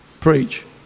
preach